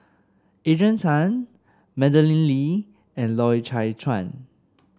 Adrian Tan Madeleine Lee and Loy Chye Chuan